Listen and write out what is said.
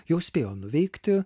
jau spėjo nuveikti